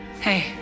Hey